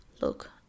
look